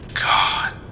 God